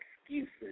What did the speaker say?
excuses